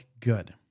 good